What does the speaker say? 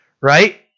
right